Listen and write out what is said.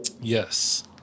Yes